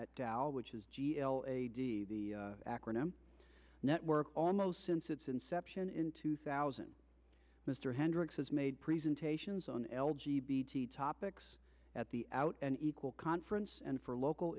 w which is g l a d the acronym network almost since its inception in two thousand mr hendricks has made presentations on l g b topics at the out and equal conference and for local